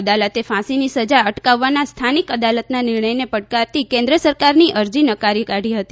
અદાલતે ફાંસીની સજા અટકાવવાના સ્થાનિક અદાલતના નિર્ણયને પડકારતી કેન્દ્ર સરકારની અરજી નકારી કાઢી હતી